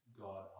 God